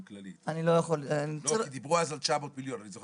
אני לא יכול --- דיברו אז על 900,000,000 ₪.